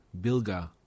Bilga